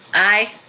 aye.